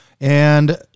And-